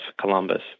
Columbus